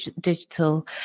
digital